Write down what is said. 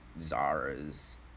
zara's